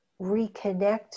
reconnect